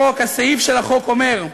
הסעיף של החוק אומר: